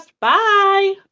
Bye